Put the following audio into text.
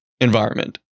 environment